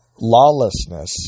lawlessness